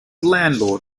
landlord